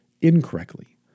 incorrectly